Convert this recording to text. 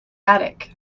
attic